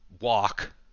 walk